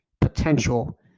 potential